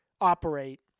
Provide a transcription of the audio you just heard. operate